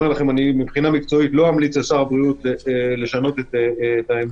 אני אומר לכם שמבחינה מקצועית לא אמליץ לשר הבריאות לשנות את העמדה.